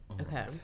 Okay